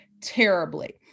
terribly